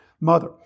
mother